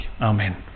Amen